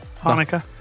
Hanukkah